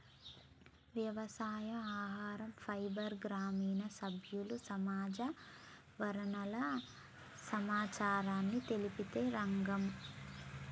వ్యవసాయం, ఆహరం, ఫైబర్, గ్రామీణ సమస్యలు, సహజ వనరుల సమచారాన్ని తెలిపే రంగం